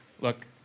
Look